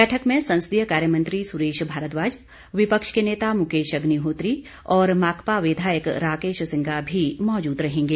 बैठक में संसदीय कार्य मंत्री सुरेश भारद्वाज विपक्ष के नेता मुकेश अग्निहोत्री और माकपा विधायक राकेश सिंघा भी मौजूद रहेंगे